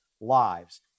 lives